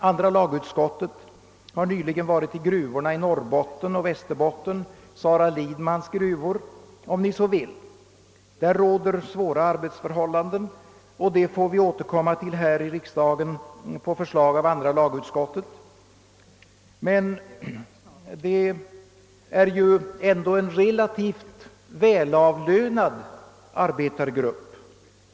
Andra lagutskottet har nyligen varit i gruvorna i Norrbotten och Västerbotten, Sara Lidmans gruvor, om ni så vill. Där råder svåra arbetsförhållanden, och det får vi återkomma till här i riksdagen på förslag av andra lagutskottet. Men det gäller ju här ändå en relativt välavlönad arbetargrupp.